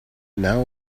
now